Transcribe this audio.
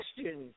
question